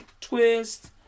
twist